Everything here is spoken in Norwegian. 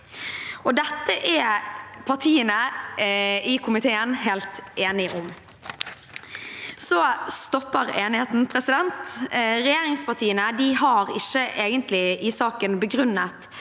Dette er partiene i komiteen helt enige om. Så stopper enigheten. Regjeringspartiene har egentlig ikke begrunnet